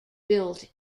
built